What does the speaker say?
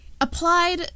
applied